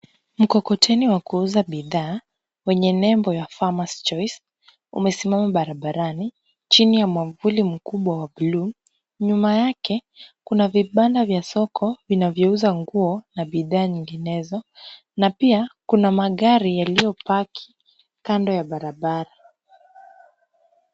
Mkokoteni wa kuuza bidhaa wenye nembo ya Farmer's Choice , umesimama barabarani chini ya mwavuli mkubwa wa buluu. Nyuma yake kuna vibanda vya soko vinavyouza nguo na bidhaa nyinginezo na pia kuna magari yaliyopaki kando ya barabara.